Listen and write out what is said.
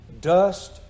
Dust